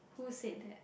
who said that